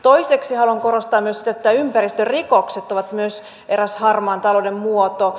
toiseksi haluan korostaa sitä että ympäristörikokset ovat myös eräs harmaan talouden muoto